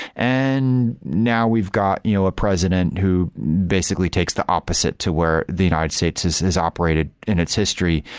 and now we've got you know a president who basically takes the opposite to where the united states is is operated in its history.